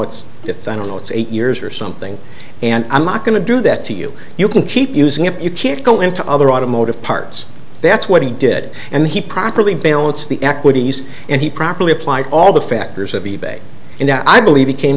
it's it's i don't know it's eight years or something and i'm not going to do that to you you can keep using it you can't go into other automotive parts that's what he did and he properly balanced the equities and he properly applied all the factors of e bay and i believe he came